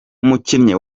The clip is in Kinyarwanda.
umukinnyi